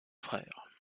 frère